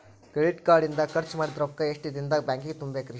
Credit card ಇಂದ್ ಖರ್ಚ್ ಮಾಡಿದ್ ರೊಕ್ಕಾ ಎಷ್ಟ ದಿನದಾಗ್ ಬ್ಯಾಂಕಿಗೆ ತುಂಬೇಕ್ರಿ?